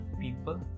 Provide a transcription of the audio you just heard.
people